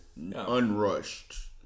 unrushed